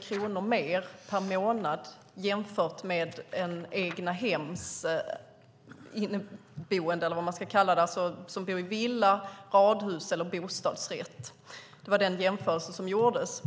kronor mer per månad jämfört med en som bor i villa, radhus eller bostadsrätt. Det var den jämförelse som gjordes.